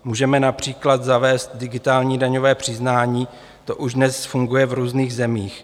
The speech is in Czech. Můžeme například zavést digitální daňové přiznání, to už dnes funguje v různých zemích.